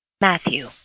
Matthew